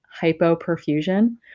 hypoperfusion